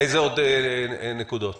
אילו נקודות נוספות?